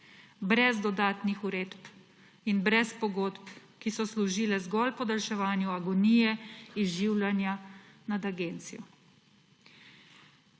brez dodatnih uredb in brez pogodb, ki so služile zgolj podaljševanju agonije izživljanja nad agencijo.